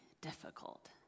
difficult